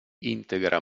integra